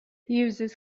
users